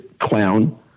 clown